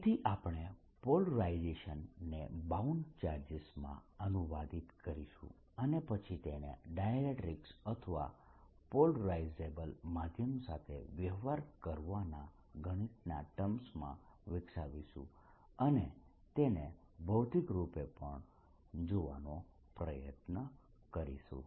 તેથી આપણે પોલરાઇઝેશનને બાઉન્ડ ચાર્જીસમાં અનુવાદિત કરીશું અને પછી તેને ડાયઇલેક્ટ્રીકસ અથવા પોલરાઈઝેબલ માધ્યમ સાથે વ્યવહાર કરવાના ગણિતના ટર્મ માં વિકસાવીશું અને તેને ભૌતિક રૂપે પણ જોવાનો પ્રયત્ન કરીશું